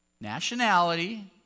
nationality